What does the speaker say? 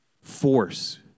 force